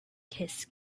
kiss